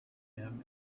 him